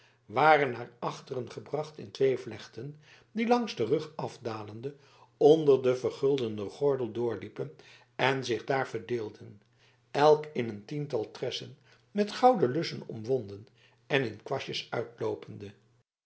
waren naar achteren gebracht in twee vlechten die langs den rug afdalende onder den vergulden gordel doorliepen en zich daar verdeelden elk in een tiental tressen met gouden lussen omwonden en in kwastjes uitloopende